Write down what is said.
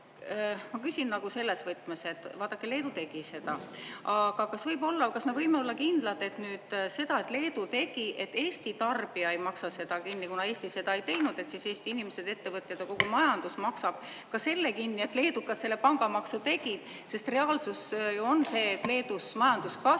ma küsin selles võtmes, et vaadake, Leedu tegi seda, aga kas me võime olla kindlad, et nüüd seda, et Leedu tegi, et Eesti tarbija ei maksa seda kinni, kuna Eesti seda ei teinud, et siis Eesti inimesed ja ettevõtted ja kogu majandus maksab ka selle kinni, et leedukad selle pangamaksu tegid? Sest reaalsus ju on see, et Leedus majandus kasvab,